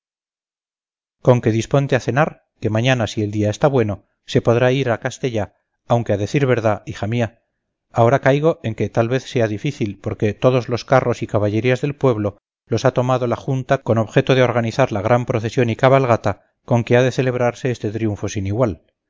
con que disponte a cenar que mañana si el día está bueno se podrá ir a castell aunque a decir verdad hija mía ahora caigo en que tal vez sea difícil porque todos los carros y caballerías del pueblo los ha tomado la junta con objeto de organizar la gran procesión y cabalgata con que ha de celebrarse este triunfo sin igual